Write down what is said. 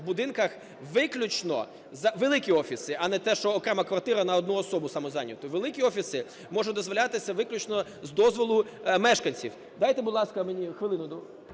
в будинках, виключно великі офіси, а не те, що окрема квартира на одну особу самозайняту, великі офіси можуть дозволятися виключно з дозволу мешканців. Дайте, будь ласка, мені хвилину.